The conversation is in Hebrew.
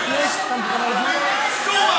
חשומה.